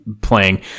playing